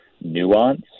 nuance